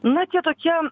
na tie tokie